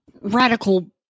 radical